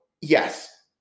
yes